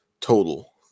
total